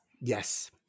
Yes